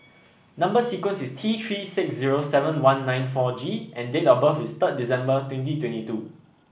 number sequence is T Three six zero seven one nine four G and date of birth is third December twenty twenty two